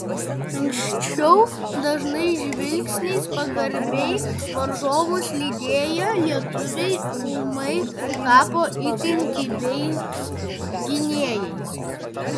anksčiau dažnai žvilgsniais pagarbiai varžovus lydėję lietuviai ūmai tapo itin kibiais gynėjais